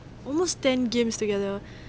almost ten games together